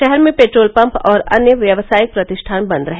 शहर में petrol pump और अन्य व्यावसायिक प्रतिष्ठान बन्द रहे